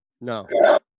No